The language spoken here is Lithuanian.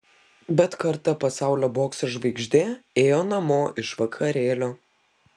bet kartą pasaulio bokso žvaigždė ėjo namo iš vakarėlio